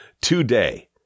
today